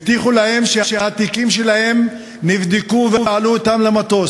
הבטיחו להן שהתיקים שלהן נבדקו ויעלו אתן למטוס.